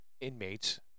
inmates